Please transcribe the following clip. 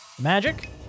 Magic